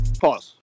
Pause